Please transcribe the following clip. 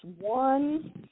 one